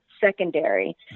secondary